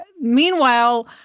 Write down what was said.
meanwhile